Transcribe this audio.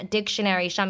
Dictionary